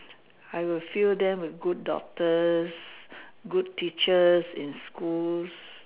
I will fill them with good doctors good teachers in schools